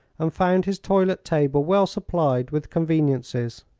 and found his toilet table well supplied with conveniences.